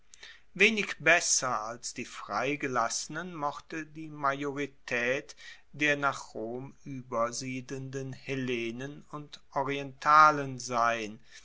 wenig besser als die freigelassenen mochte die majoritaet der nach rom uebersiedelnden hellenen und orientalen sein